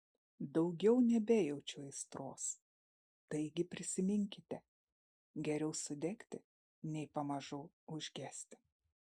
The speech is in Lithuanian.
daugiau nebejaučiu aistros taigi prisiminkite geriau sudegti nei pamažu užgesti